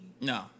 No